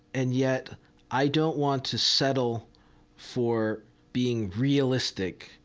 and yet i don't want to settle for being realistic.